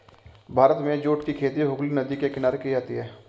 भारत में जूट की खेती हुगली नदी के किनारे की जाती है